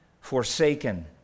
Forsaken